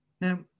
Now